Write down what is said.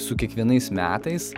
su kiekvienais metais